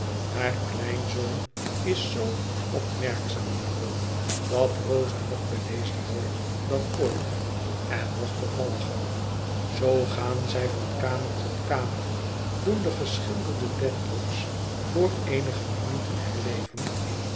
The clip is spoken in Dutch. haar kleinzoon is zoo opmerkzaam daarop dat rosa nog bedeesder wordt dan ooit en nog bevalliger zoo gaan zij van kamer tot kamer doen de geschilderde dedlock's voor eenige minuten herleven